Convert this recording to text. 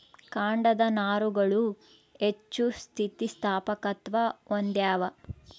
ಕಾಂಡದ ನಾರುಗಳು ಹೆಚ್ಚು ಸ್ಥಿತಿಸ್ಥಾಪಕತ್ವ ಹೊಂದ್ಯಾವ